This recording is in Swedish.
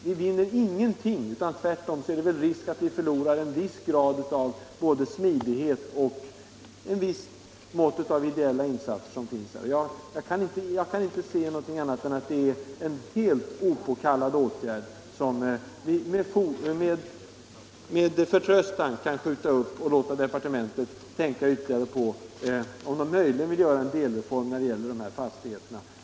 Vi vinner ingenting. Tvärtom är det väl risk för att vi förlorar en viss grad av smidighet och ett visst mått av ideella insatser. Jag kan inte se något annat än att det är fråga om en helt opåkallad åtgärd och att vi med förtröstan kan skjuta upp den och låta departementet tänka ytterligare på om man möjligen vill göra en delreform när det gäller dessa fastigheter.